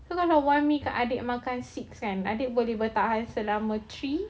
itu kalau one week adik makan six kan adik boleh tahan selama three